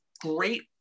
great